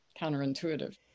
counterintuitive